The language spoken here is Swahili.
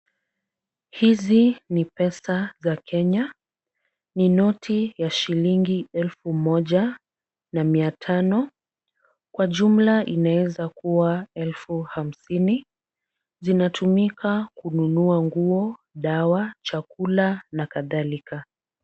Hizi ni pesa za Kenya, ni noti ya shilingi elfu moja na mia tano, kwa jumla inaweza kuwa elfu hamsini. Zinatumika kununua nguo, dawa, chakula na kadhalika.